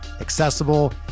accessible